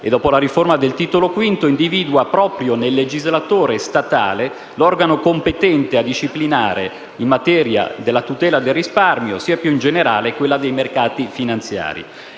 e, dopo la riforma del Titolo V, individua proprio nel legislatore statale l'organo competente a disciplinare sia la materia della tutela del risparmio sia, più in generale, quella dei mercati finanziari.